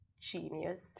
genius